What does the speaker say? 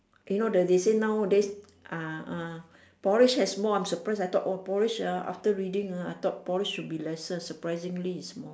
you know the they say nowadays ah ah porridge has more I'm surprised I thought oh porridge ah after reading ah I thought porridge should be lesser surprisingly it's more